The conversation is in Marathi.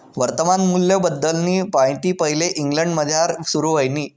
वर्तमान मूल्यबद्दलनी माहिती पैले इंग्लंडमझार सुरू व्हयनी